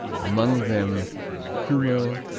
among them kummel,